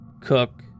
cook